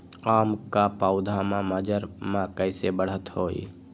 आम क पौधा म मजर म कैसे बढ़त होई?